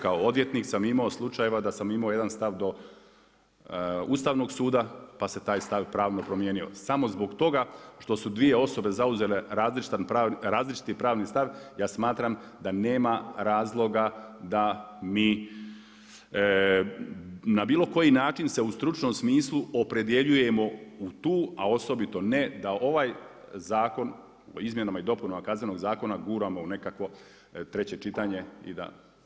Kao odvjetnik sam imao slučajeva da sam imao jedan stav do Ustavnog suda pa se taj stav pravno promijenio samo zbog toga što su dvije osobe zauzele različiti pravni stav ja smatram da nema razloga da mi na bilo koji način se u stručnom smislu opredjeljujemo u tu a osobito ne da ovaj zakon, Izmjenama i dopunama Kaznenog zakona guramo u nekakvo 3. čitanje i da.